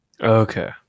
okay